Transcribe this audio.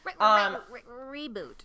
reboot